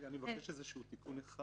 אני מבקש איזשהו תיקון אחד.